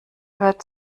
hört